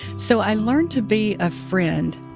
so i learned to be a friend